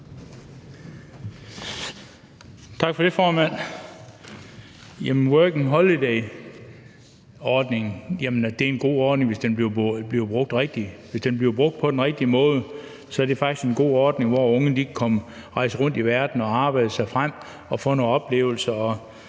Tak for det, formand. Working holiday-ordningen er en god ordning, hvis den bliver brugt rigtigt. Hvis den bliver brugt på den rigtige måde, er det faktisk en god ordning, hvor unge kan rejse rundt i verden og arbejde sig frem og få nogle oplevelser